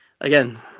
Again